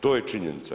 To je činjenica.